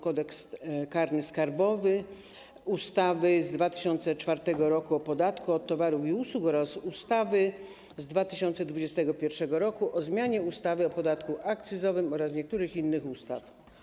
Kodeks karny skarbowy, ustawy z 2004 r. o podatku od towarów i usług oraz ustawy z 2021 r. o zmianie ustawy o podatku akcyzowym oraz niektórych innych ustaw.